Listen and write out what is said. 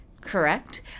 Correct